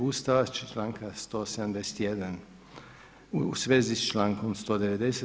Ustava, članka 171. u svezi sa člankom 190.